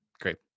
Great